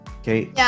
okay